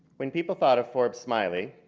when people thought of forbes smiley,